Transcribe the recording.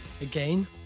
Again